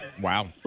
Wow